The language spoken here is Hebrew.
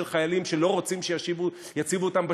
של חיילים שלא רוצים שיציבו אותם בשריון,